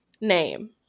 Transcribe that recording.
name